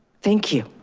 thank you.